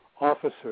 Officer